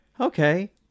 okay